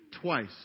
twice